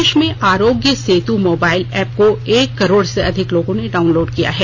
देश में Aarogya Setu mobile app को एक करोड़ से अधिक लोगों ने डाउनलोड किया है